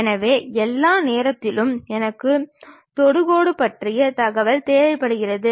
எனவே அந்த சாலையின் அகலத்தில் ஒரு விலகல் ஏற்படுகிறது